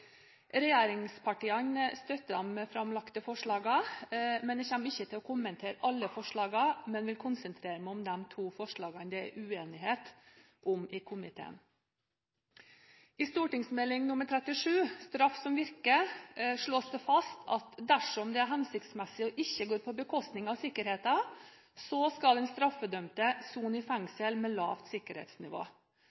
Regjeringspartiene støtter de framlagte forslagene. Jeg kommer ikke til å kommentere alle forslagene, men vil konsentrere meg om de to forslagene det er uenighet om i komiteen. I St. meld. nr. 37 for 2007–2008 Straff som virker slås det fast at dersom det er hensiktsmessig og ikke går på bekostning av sikkerheten, skal den straffedømte sone i